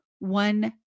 One